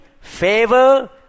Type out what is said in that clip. favor